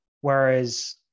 Whereas